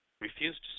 refused